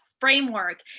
framework